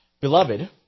Beloved